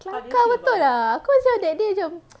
kelakar betul lah aku macam that day macam